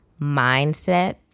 mindset